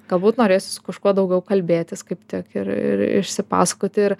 galbūt norėsis su kažkuo daugiau kalbėtis kaip tik ir ir išsipasakoti ir